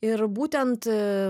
ir būtent